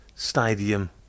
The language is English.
stadium